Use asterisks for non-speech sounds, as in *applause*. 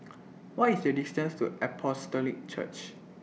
*noise* What IS The distance to Apostolic Church